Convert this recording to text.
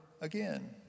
again